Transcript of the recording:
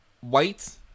white